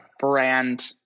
brand